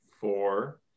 four